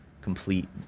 complete